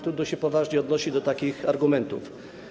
Trudno się poważnie odnosić do takich argumentów.